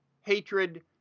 hatred